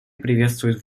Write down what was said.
приветствует